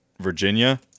Virginia